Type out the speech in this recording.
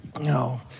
No